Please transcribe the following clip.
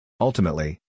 Ultimately